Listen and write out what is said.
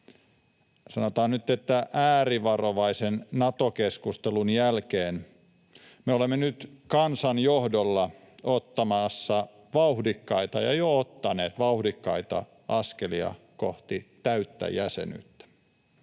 sanotaan nyt, äärivarovaisen Nato-keskustelun jälkeen me olemme nyt kansan johdolla ottamassa, ja jo ottaneet, vauhdikkaita askelia kohti täyttä jäsenyyttä.